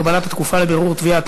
הגבלת התקופה לבירור תביעה),